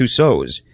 Tussauds